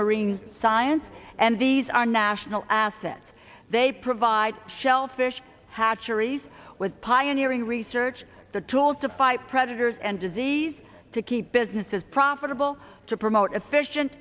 marine science and these are national assets they provide shellfish hatcheries with pioneering research the tools to fight predators and disease to keep businesses profitable to promote efficient